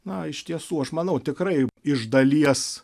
na iš tiesų aš manau tikrai iš dalies